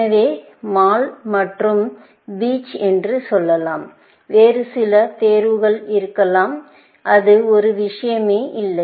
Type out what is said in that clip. எனவே மால் மற்றும் பீச் என்று சொல்லலாம் வேறு சில தேர்வுகள் இருக்கலாம் அது ஒரு விஷயமே இல்லை